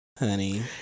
Honey